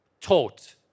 taught